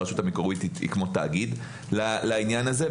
שהיא כמו תאגיד לעניין הזה.